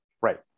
right